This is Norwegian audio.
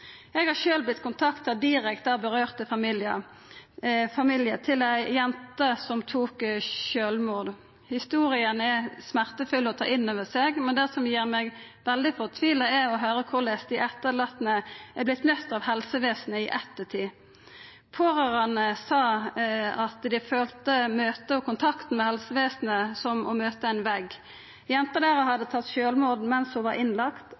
Eg har sjølv vorte kontakta direkte av familien til ei jente som tok sjølvmord. Historia er smertefull å ta innover seg, men det som gjer meg veldig fortvila, er å høyra korleis dei etterlatne er møtt av helsevesenet i ettertid. Pårørande sa at dei følte møtet og kontakta med helsevesenet var som å møta ein vegg. Jenta deira hadde tatt sjølvmord medan ho var